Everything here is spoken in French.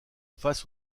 face